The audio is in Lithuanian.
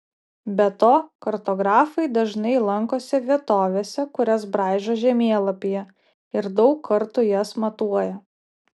be to kartografai dažnai lankosi vietovėse kurias braižo žemėlapyje ir daug kartų jas matuoja